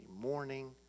morning